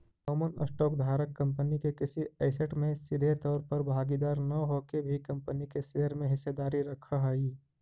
common stock धारक company के किसी ऐसेट में सीधे तौर पर भागीदार न होके भी कंपनी के शेयर में हिस्सेदारी रखऽ हइ